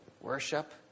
Worship